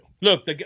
Look